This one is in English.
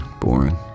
Boring